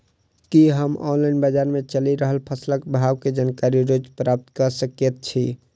की हम ऑनलाइन, बजार मे चलि रहल फसलक भाव केँ जानकारी रोज प्राप्त कऽ सकैत छी?